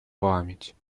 память